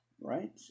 right